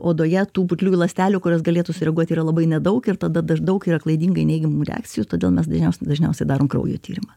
odoje tų putliųjų ląstelių kurios galėtų sureaguoti yra labai nedaug ir tada da daug yra klaidingai neigiamų reakcijų todėl mes dažnia dažniausiai darom kraujo tyrimą